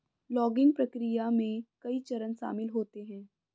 logging प्रक्रिया में कई चरण शामिल होते है